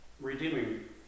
redeeming